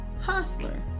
hustler